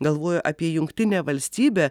galvojo apie jungtinę valstybę